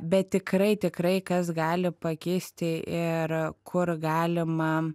bet tikrai tikrai kas gali pakeisti ir kur galima